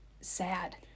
sad